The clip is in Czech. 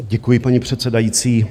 Děkuji, paní předsedající.